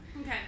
Okay